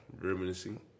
Reminiscing